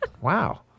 Wow